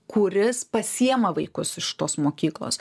kuris pasiima vaikus iš tos mokyklos